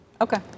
Okay